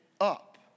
up